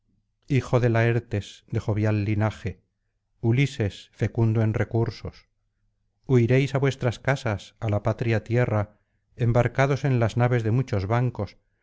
hijo de laertes de jovial linaje ulises fecundo en recursos huiréis á vuestras casas á la patria tierra embarcados en las naves de muchos bancos